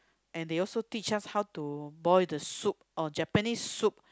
and they also teach us how to boil the soup oh Japanese soup